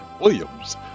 Williams